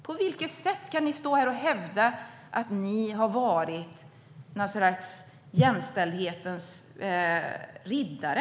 På vilket sätt kan ni hävda att ni har varit något slags jämställdhetens riddare?